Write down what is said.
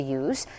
use